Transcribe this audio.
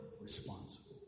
responsible